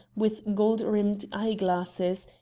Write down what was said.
with gold-rimmed eye-glasses,